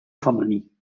femení